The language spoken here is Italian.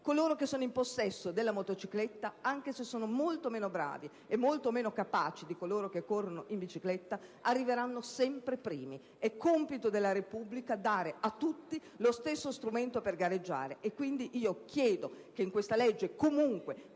coloro che sono in possesso della motocicletta, anche se sono molto meno bravi e molto meno capaci di coloro che corrono in bicicletta, arriveranno sempre primi. È compito della Repubblica dare a tutti lo stesso strumento per gareggiare. Quindi, chiedo che questo principio